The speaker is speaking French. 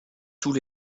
tous